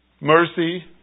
Mercy